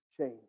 change